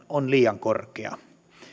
on liian korkea